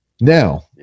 Now